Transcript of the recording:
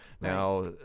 Now